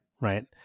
Right